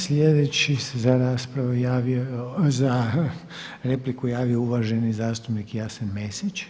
Sljedeći se za raspravu javio, za repliku javio uvaženi zastupnik Jasen Mesić.